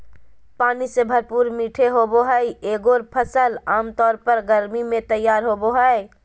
पानी से भरपूर मीठे होबो हइ एगोर फ़सल आमतौर पर गर्मी में तैयार होबो हइ